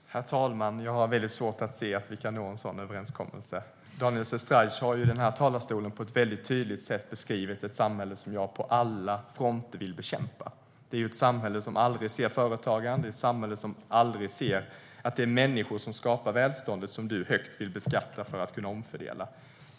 STYLEREF Kantrubrik \* MERGEFORMAT InkomstskattHerr talman! Jag har väldigt svårt att se att vi kan nå en sådan överenskommelse. Daniel Sestrajcic har i den här talarstolen på ett väldigt tydligt sätt beskrivit ett samhälle som jag på alla fronter vill bekämpa. Det är ett samhälle som aldrig ser företagaren och aldrig ser att det är människor som skapar välståndet som du högt vill beskatta för att kunna omfördela, Daniel Sestrajcic.